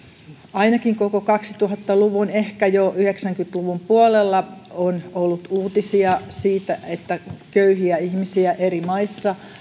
ainakin koko kaksituhatta luvun ehkä jo tuhatyhdeksänsataayhdeksänkymmentä luvun puolella on ollut uutisia siitä että köyhiä ihmisiä eri maissa